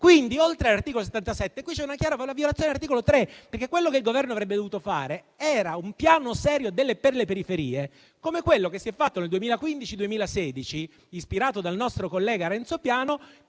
Quindi, oltre all'articolo 77, qui c'è una chiara violazione dell'articolo 3 della Costituzione. Il Governo infatti avrebbe dovuto prevedere un piano serio per le periferie, come quello realizzato nel 2015 e 2016, ispirato dal nostro collega Renzo Piano,